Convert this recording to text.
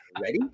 ready